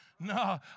No